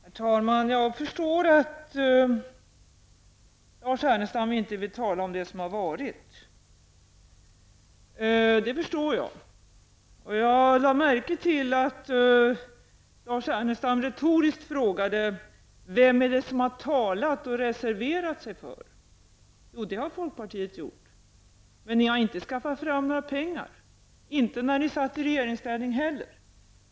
Herr talman! Jag förstår att Lars Ernestam inte vill tala om det som har varit. Jag lade märke till att Lars Ernestam retoriskt frågade vem det är som har talat om detta och reserverat sig för det. Jo, det har folkpartiet gjort, men ni har inte skaffat fram några pengar. Det gjorde ni inte när ni satt i regeringsställning heller.